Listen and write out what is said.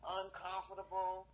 uncomfortable